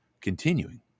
Continuing